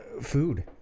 Food